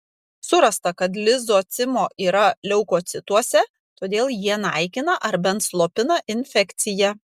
surasta kad lizocimo yra leukocituose todėl jie naikina ar bent slopina infekciją